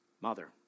mother